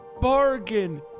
bargain